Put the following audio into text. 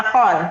נכון.